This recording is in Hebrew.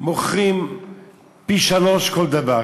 מוכרים בפי-שלושה כל דבר.